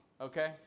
okay